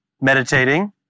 meditating